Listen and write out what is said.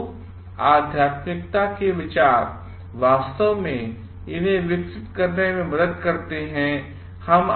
तो आध्यात्मिकता के विचार वास्तव मेंइन्हें विकसित करनेमेंमददकरते हैं